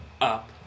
up